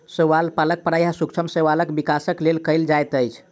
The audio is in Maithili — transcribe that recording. शैवाल पालन प्रायः सूक्ष्म शैवालक विकासक लेल कयल जाइत अछि